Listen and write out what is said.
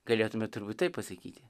galėtume turbūt taip pasakyti